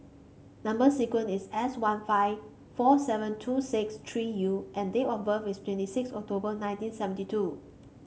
number sequence is S one five four seven two six three U and date of birth is twenty six October nineteen seventy two